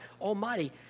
Almighty